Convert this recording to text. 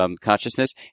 Consciousness